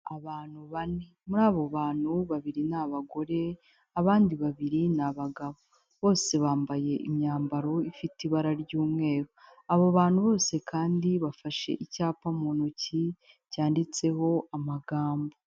Abantu bane, muri abo bantu babiri ni abagore, abandi babiri ni abagabo, bose bambaye imyambaro ifite ibara ry'umweru, abo bantu bose kandi bafashe icyapa mu ntoki cyanditseho amagambo.